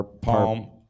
Palm